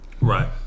right